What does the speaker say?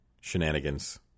shenanigans